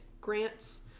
grants